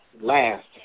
last